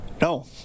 No